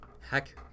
Heck